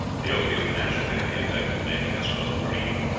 the opium naturally had the effect of making us both dream,